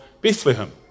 Bethlehem